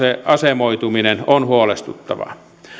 asemoituminen on huolestuttavaa